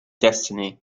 destiny